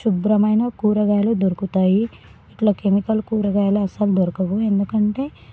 శుభ్రమైన కూరగాయలు దొరుకుతాయి ఇట్లా కెమికల్ కూరగాయలు అసలు దొరకవు ఎందుకంటే